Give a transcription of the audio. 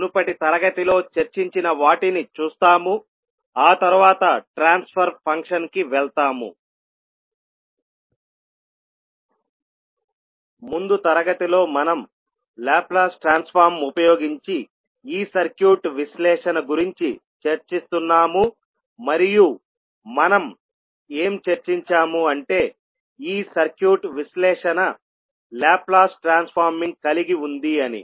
ముందు తరగతిలో మనం లాప్లాస్ ట్రాన్స్ఫార్మ్ ఉపయోగించి ఈ సర్క్యూట్ విశ్లేషణ గురించి చర్చిస్తున్నాము మరియు మనం ఏం చర్చించాము అంటే ఈ సర్క్యూట్ విశ్లేషణ లాప్లాస్ ట్రాన్స్ఫార్మింగ్ కలిగి ఉంది అని